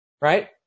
Right